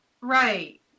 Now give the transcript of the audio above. right